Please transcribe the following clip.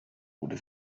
wurde